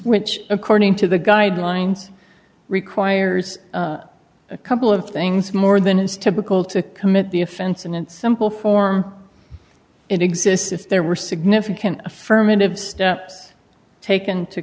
which according to the guidelines requires a couple of things more than is typical to commit the offense and it's simple form it exists if there were significant affirmative steps taken to